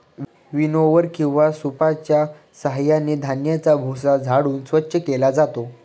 विनओवर किंवा सूपच्या साहाय्याने धान्याचा भुसा झाडून स्वच्छ केला जातो